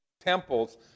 Temples